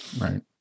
right